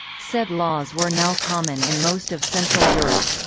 said laws were now common in most of central europe.